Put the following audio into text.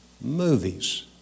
movies